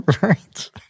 right